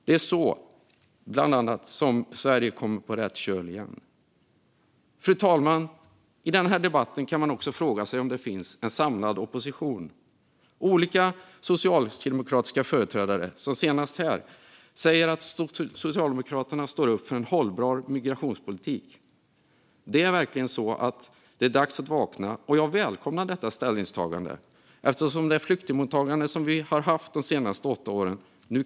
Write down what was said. Det är bland annat så Sverige kommer på rätt köl. I denna debatt kan man också fråga sig om det finns en samlad opposition. Olika socialdemokratiska företrädare, senast här, säger att Socialdemokraterna står upp för en hållbar migrationspolitik. Det är verkligen dags att vakna, och jag välkomnar detta ställningstagande eftersom det krävs en åtstramning av det flyktingmottagande vi har haft de senaste åtta åren.